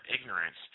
ignorance